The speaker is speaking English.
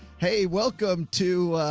hey, welcome to